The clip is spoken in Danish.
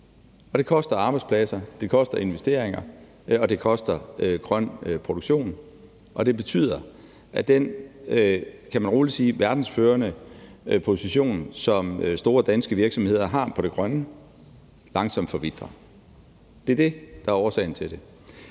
det koster arbejdspladser, det koster investeringer, og det koster grøn produktion, og det betyder, at den, kan man roligt sige, verdensførende position, som store danske virksomheder har på det grønne område, langsomt forvitrer. Det er det, der er årsagen til det.